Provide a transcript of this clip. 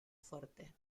fuerte